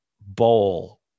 bowl